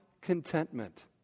contentment